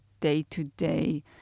day-to-day